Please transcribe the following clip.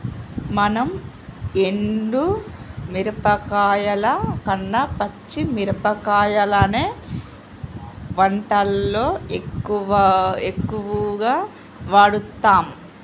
మనం ఎండు మిరపకాయల కన్న పచ్చి మిరపకాయలనే వంటల్లో ఎక్కువుగా వాడుతాం